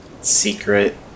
secret